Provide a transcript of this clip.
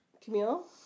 Camille